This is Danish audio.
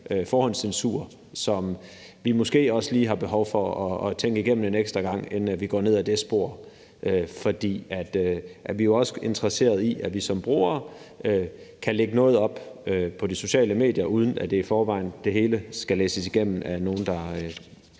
forhåndscensur, som vi måske også lige har behov for at tænke igennem en ekstra gang, inden vi går ned ad det spor. For vi er jo også interesseret i, at vi som brugere kan lægge noget op på de sociale medier, uden at det hele i forvejen skal læses igennem af nogle, der vil